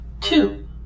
Two